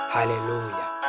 Hallelujah